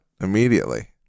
immediately